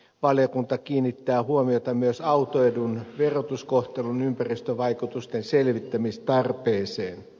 valiokunta kiinnittää huomiota myös autoedun verotuskohtelun ympäristövaikutusten selvittämistarpeeseen